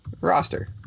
roster